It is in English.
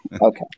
Okay